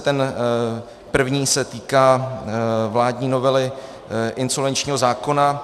Ten první se týká vládní novely insolvenčního zákona.